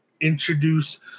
introduce